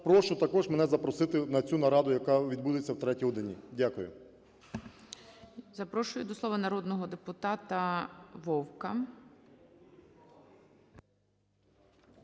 прошу також мене запросити на цю нараду, яка відбудеться о 3 годині. Дякую.